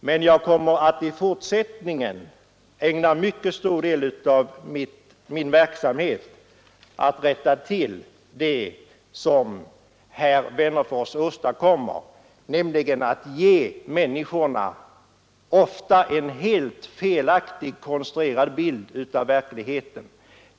Men jag kommer att i fortsättningen ägna en mycket stor del av min verksamhet åt att rätta till det som herr Wennerfors åstadkommer, nämligen att ge människorna ofta en helt felaktig, konstruerad bild av verkligheten.